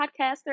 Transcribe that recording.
podcaster